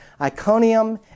Iconium